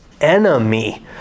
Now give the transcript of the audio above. enemy